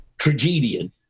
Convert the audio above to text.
tragedian